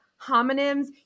homonyms